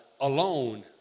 alone